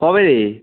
কবে